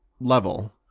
level